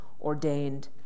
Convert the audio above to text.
ordained